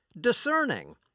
Discerning